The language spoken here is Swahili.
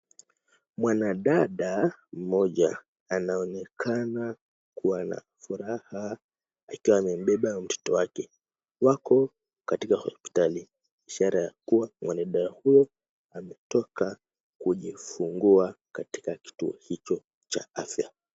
Mwanadada mmoja anaonekana kuwa na furaha akiwa amembeba mtoto wake. Wako katika hospitali, ishara ya kuwa mwanadada huyu ametoka kujifungua katika kituo hicho cha afya.